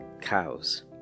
cows